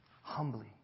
Humbly